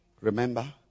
Remember